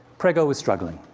prego was struggling.